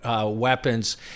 weapons